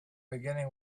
beginning